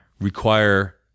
require